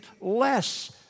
less